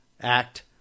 act